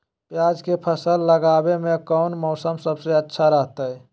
प्याज के फसल लगावे में कौन मौसम सबसे अच्छा रहतय?